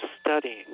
studying